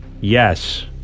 Yes